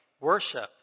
worship